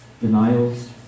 denials